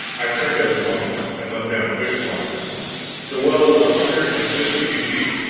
i turned out the monks, and let down a fish-line the well was a hundred and fifty feet deep,